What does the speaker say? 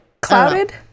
Clouded